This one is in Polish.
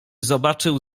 zobaczył